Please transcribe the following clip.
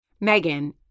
Megan